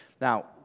Now